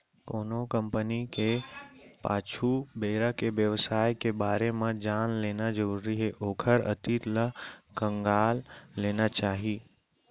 कोनो कंपनी के पाछू बेरा के बेवसाय के बारे म जान लेना जरुरी हे ओखर अतीत ल खंगाल लेना चाही